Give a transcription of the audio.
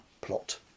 Plot